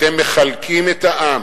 אתם מחלקים את העם,